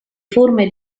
forme